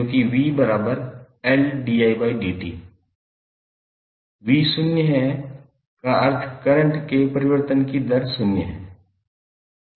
क्योंकि 𝑣𝐿𝑑𝑖𝑑𝑡 v शून्य है का अर्थ करंट के परिवर्तन की दर शून्य है